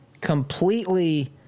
completely